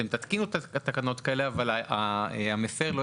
אתם תתקינו את התקנות האלה, אבל המפר לא